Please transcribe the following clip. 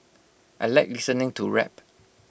I Like listening to rap